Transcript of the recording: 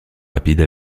rapide